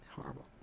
Horrible